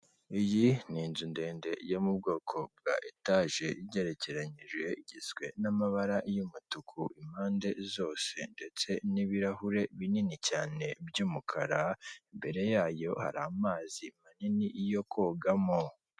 Iyi ni inzu ndende yo mu bwoko bwa etaje igerekeranyije, igizwe n'amabara y'umutuku impande zose ndetse n'ibirahure binini cyane by'umukara, imbere yayo hari amazi manini yo kogamo.